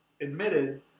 admitted